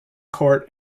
court